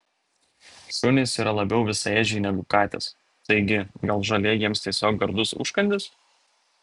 šunys yra labiau visaėdžiai negu katės taigi gal žolė jiems tiesiog gardus užkandis